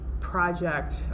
project